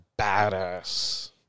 badass